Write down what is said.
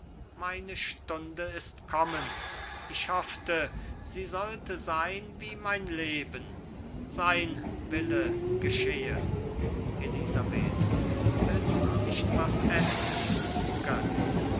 meine stunde ist kommen ich hoffte sie sollte sein wie mein leben sein wille geschehe elisabeth willt du nicht was essen götz